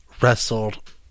wrestled